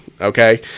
okay